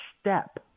step